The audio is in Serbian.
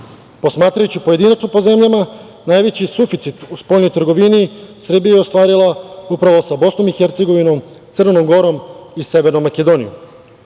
Posmatrajući pojedinačno po zemljama najveći suficit u spoljnoj trgovini Srbija je ostvarila upravo sa BiH, Crnom Gorom i Severnom Makedonijom. Zapadni